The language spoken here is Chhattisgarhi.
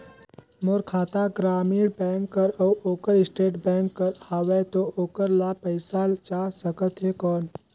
मोर खाता ग्रामीण बैंक कर अउ ओकर स्टेट बैंक कर हावेय तो ओकर ला पइसा जा सकत हे कौन?